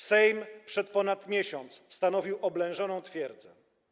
Sejm przez ponad miesiąc stanowił oblężoną twierdzę.